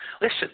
listen